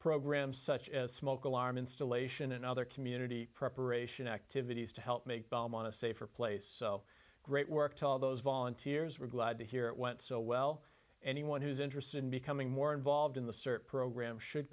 programs such as smoke alarm installation and other community preparation activities to help make belmont a safer place so great work to all those volunteers were glad to hear it went so well anyone who's interested in becoming more involved in the search program should